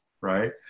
right